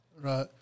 Right